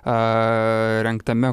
a rengtame